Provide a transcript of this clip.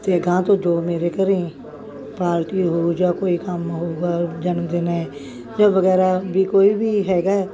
ਅਤੇ ਅਗਾਂਹ ਤੋਂ ਜੋ ਮੇਰੇ ਘਰ ਪਾਲਟੀ ਹੋ ਜਾ ਕੋਈ ਕੰਮ ਹੋਊਗਾ ਜਨਮਦਿਨ ਹੈ ਵਗੈਰਾ ਵੀ ਕੋਈ ਵੀ ਹੈਗਾ